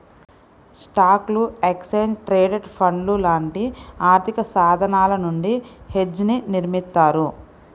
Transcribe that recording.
స్టాక్లు, exchange traded ఫండ్లు లాంటి ఆర్థికసాధనాల నుండి హెడ్జ్ని నిర్మిత్తారు